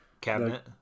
cabinet